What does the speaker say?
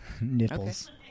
Nipples